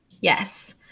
Yes